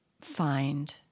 find